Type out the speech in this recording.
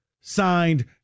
Signed